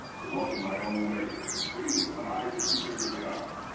to walk in my own way, free, with an eye to see things as they are.